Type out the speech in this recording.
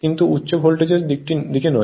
কিন্তু উচ্চ ভোল্টেজের দিকে নয়